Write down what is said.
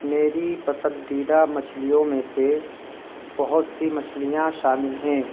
میری پسندیدہ مچھلیوں میں سے بہت سی مچھلیاں شامل ہیں